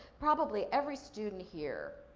probably every student here,